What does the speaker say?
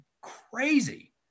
crazy